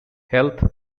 health